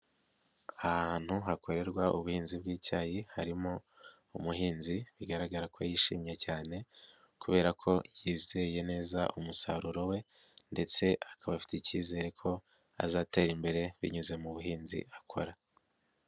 Ahantu hakorerwa ubuhinzi bw'icyayi harimo umuhinzi bigaragara ko yishimye cyane kubera ko yizeye neza umusaruro we ndetse akaba afite icyizere ko azatera imbere binyuze mu buhinzi akora.